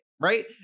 right